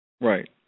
Right